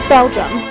Belgium